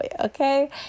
okay